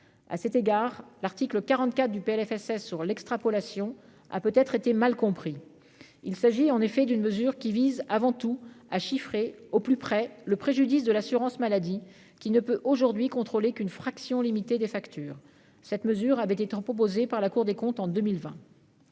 à cet égard, l'article 44 du PLFSS sur l'extrapolation a peut-être été mal compris, il s'agit en effet d'une mesure qui vise avant tout à chiffrer au plus près le préjudice de l'assurance maladie qui ne peut aujourd'hui contrôler qu'une fraction limitée des factures, cette mesure avait étant proposée par la Cour des comptes en 2020.